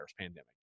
pandemic